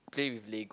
play with lego